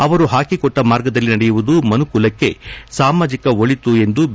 ಅವರು ಹಾಕಿಕೊಟ್ಟ ಮಾರ್ಗದಲ್ಲಿ ನಡೆಯುವುದು ಮನುಕುಲಕ್ಕೆ ಸಾಮಾಜಿಕ ಒಳಿತು ಎಂದು ಬಿ